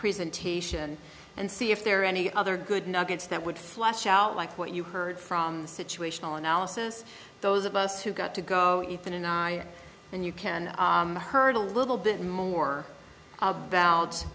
presentation and see if there are any other good nuggets that would flesh out like what you heard from the situational analysis those of us who got to go ethan and i and you can heard a little bit more about